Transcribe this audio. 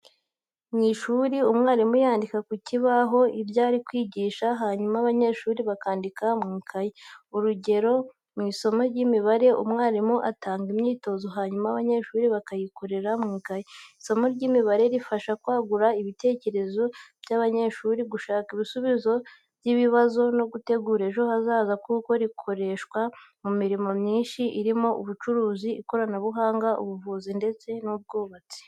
Mu ishuri, umwarimu yandika ku kibaho ibyo ari kwigisha hanyuma abanyeshuri bakandika mu ikayi. Urugero, mu isomo ry'imibare umwarimu atanga imyitozo hanyuma abanyeshuri bakayikorera mu ikayi. Isomo ry’imibare rifasha kwagura ibitekerezo by'abanyeshuri, gushaka ibisubizo by'ibibazo, no gutegura ejo hazaza kuko rikoreshwa mu mirimo myinshi irimo ubucuruzi, ikoranabuhanga, ubuvuzi, ndetse n'ubwubatsi.